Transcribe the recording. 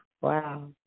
wow